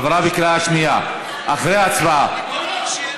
אחרי ההצבעה.